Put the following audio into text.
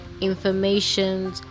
information